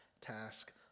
task